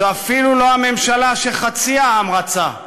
זו אפילו לא הממשלה שחצי העם רצה.